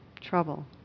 trouble